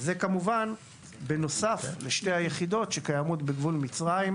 וזה כמובן נוסף על שתי היחידות שקיימות בגבול מצרים,